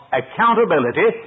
accountability